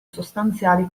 sostanziali